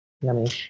Yummy